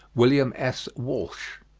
william s. walsh.